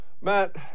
Matt